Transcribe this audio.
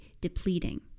depleting